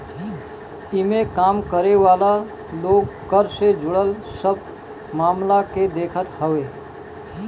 इमें काम करे वाला लोग कर से जुड़ल सब मामला के देखत हवे